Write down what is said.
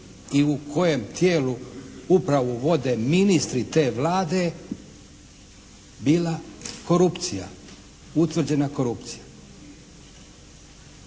i u kojem tijelu upravu vode ministri te Vlade bila korupcija, utvrđena korupcija.